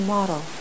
Model